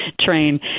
train